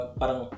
parang